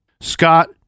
Scott